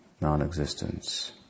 non-existence